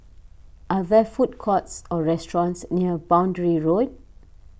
are there food courts or restaurants near Boundary Road